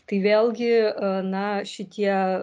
tai vėlgi na šitie